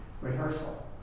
rehearsal